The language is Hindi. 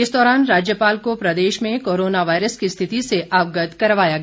इस दौरान राज्यपाल को प्रदेश में कोरोना वायरस की स्थिति से अवगत करवाया गया